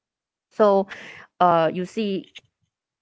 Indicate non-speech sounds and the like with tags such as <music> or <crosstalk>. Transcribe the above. so <breath> uh you see